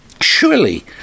surely